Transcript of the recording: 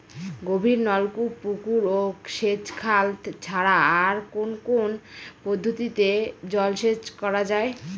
গভীরনলকূপ পুকুর ও সেচখাল ছাড়া আর কোন কোন পদ্ধতিতে জলসেচ করা যায়?